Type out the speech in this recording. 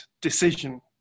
decision